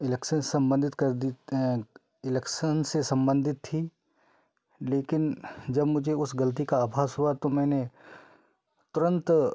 election संबंधित कर दी इलेक्सेन से संबंधित थी लेकिन जब मुझे उस गलती का आभास हुआ तो मैंने तुरंत